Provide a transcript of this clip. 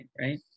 right